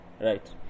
Right